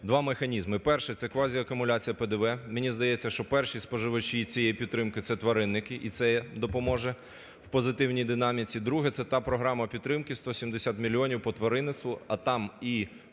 два механізми: перший – це квазіакумуляція ПДВ, мені здається, що перші споживачі цієї підтримки це тваринники і це допоможе в позитивній динаміці. Друге – це та програма підтримки 170 мільйонів по тваринництву, а там і